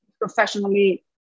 professionally